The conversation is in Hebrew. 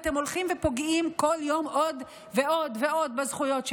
אתם הולכים ופוגעים כל יום עוד ועוד ועוד בזכויות שלהן.